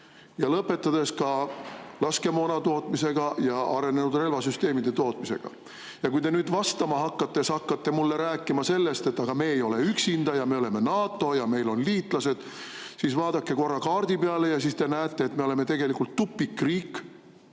ja lõpetades laskemoona ja arenenud relvasüsteemide tootmisega. Kui te nüüd vastama hakates hakkate mulle rääkima, et aga me ei ole üksinda ja me oleme NATO‑s ja meil on liitlased, siis vaadake korra kaardi peale ja te näete, et me oleme tegelikult tupikriik.